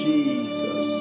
Jesus